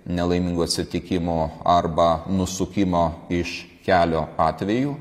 nelaimingų atsitikimų arba nusukimo iš kelio atvejų